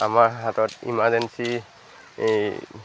আমাৰ হাতত ইমাৰ্জেঞ্চি এই